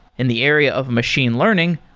in the area of machine learning,